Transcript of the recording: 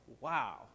wow